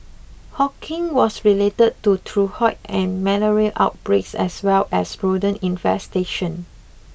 Hawking was related to typhoid and malaria outbreaks as well as rodent infestation